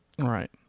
Right